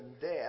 death